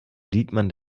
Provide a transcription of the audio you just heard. diekmann